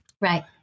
Right